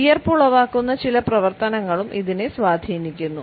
വിയർപ്പ് ഉളവാക്കുന്ന ചില പ്രവർത്തനങ്ങളും ഇതിനെ സ്വാധീനിക്കുന്നു